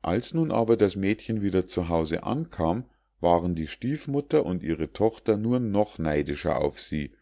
als nun aber das mädchen wieder zu hause ankam waren die stiefmutter und ihre tochter nur noch neidischer auf sie